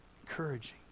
Encouraging